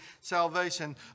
salvation